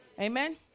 amen